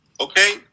Okay